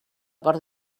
per